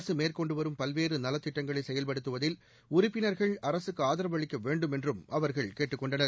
அரசு மேற்கொண்டுவரும் பல்வேறு நலத்திட்டங்களை செயல்படுத்துவதில் உறுப்பினா்கள் அரசுக்கு ஆதரவு அளிக்க வேண்டும் என்றும் அவர்கள் கேட்டு கொண்டனர்